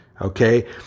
Okay